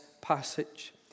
passage